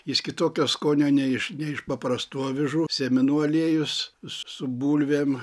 jis kitokio skonio nei iš nei iš paprastų avižų sėmenų aliejus su bulvėm